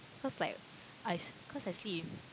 cause like I cause I see in